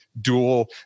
dual